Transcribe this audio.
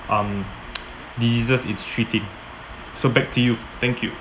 um diseases it's treating so back to you thank you